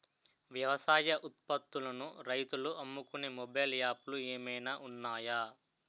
వ్యవసాయ ఉత్పత్తులను రైతులు అమ్ముకునే మొబైల్ యాప్ లు ఏమైనా ఉన్నాయా?